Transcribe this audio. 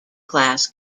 class